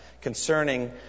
concerning